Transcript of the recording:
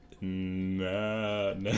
no